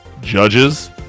Judges